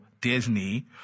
Disney